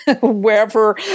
wherever